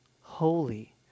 holy